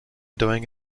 doing